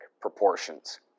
proportions